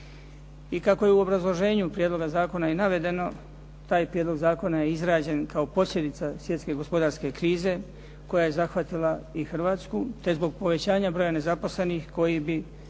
I kako je u obrazloženju prijedloga zakona navedeno, taj prijedlog zakona je izrađen kao posljedica svjetske gospodarske krize koja je zahvatila i Hrvatsku, te zbog povećanja broja nezaposlenih koji bi